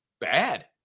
bad